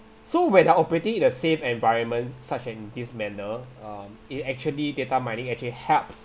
so when are operating in a safe environment such in this manner um it actually data mining actually helps